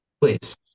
Please